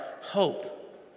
hope